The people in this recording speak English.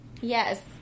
Yes